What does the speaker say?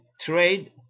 trade